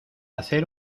hacer